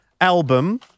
album